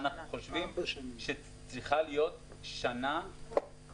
אנחנו חושבים שצריכה להיות דחייה של שנה נוספת